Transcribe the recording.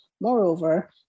Moreover